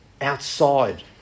outside